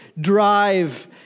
drive